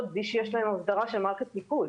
בלי שיש להן הסדרה של מערכת ניקוז.